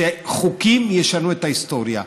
שחוקים ישנו את ההיסטוריה.